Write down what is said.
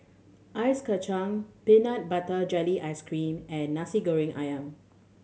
ice kacang peanut butter jelly ice cream and Nasi Goreng Ayam